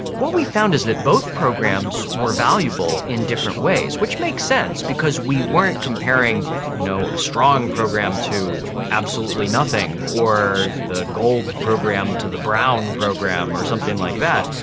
what we found is that both programs were valuable in different ways, which makes sense because we weren't comparing you know a strong program to and absolutely nothing, or the gold program to the brown program or something like that.